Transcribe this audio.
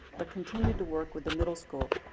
but continued to work with the middle school.